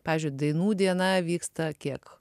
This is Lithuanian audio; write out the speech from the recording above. pavyzdžiui dainų diena vyksta kiek